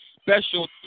special